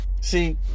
See